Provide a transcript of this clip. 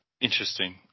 Interesting